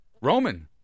Roman